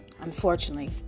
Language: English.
Unfortunately